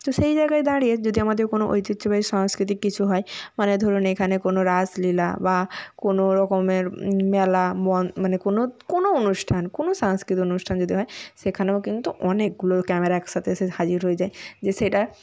তো সেই জায়গায় দাঁড়িয়ে যদি আমাদের কোনও ঐতিহ্যবাহী সাংস্কৃতিক কিছু হয় মানে ধরুন এখানে কোনও রাসলীলা বা কোনও রকমের মেলা ম মানে কোনও কোনও অনুষ্ঠান কোনও সাংস্কৃতিক অনুষ্ঠান যদি হয় সেখানেও কিন্তু অনেকগুলো ক্যামেরা একসাথে এসে হাজির হয়ে যায় যে সেটা